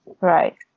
Right